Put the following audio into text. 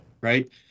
Right